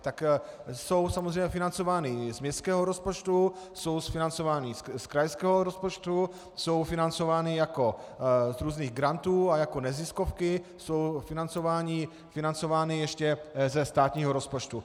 Tak jsou samozřejmě financovány z městského rozpočtu, jsou financovány z krajského rozpočtu, jsou financovány z různých grantů a jako neziskovky, jsou financovány ještě ze státního rozpočtu.